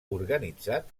organitzat